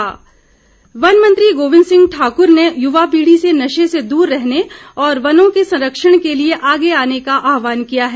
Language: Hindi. वार्षिक उत्सव वन मंत्री गोबिंद सिंह ठाकुर ने युवा पीढ़ी से नशे से दूर रहने और वनों के संरक्षण के लिए आगे आने का आहवान किया है